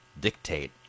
dictate